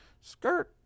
Skirt